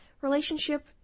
relationship